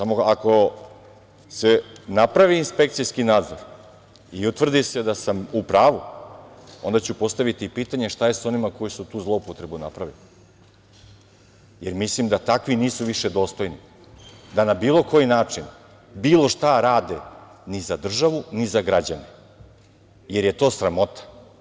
Ako se napravi inspekcijski nadzor i utvrdi se da sam u pravu, onda ću postaviti i pitanje šta je sa onima koji su tu zloupotrebu napravili, jer mislim da takvi nisu više dostojni da na bilo koji način bilo šta rade ni za državu, ni za građane, jer je to sramota.